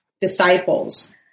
disciples